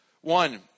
One